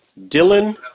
Dylan